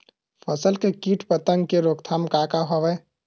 फसल के कीट पतंग के रोकथाम का का हवय?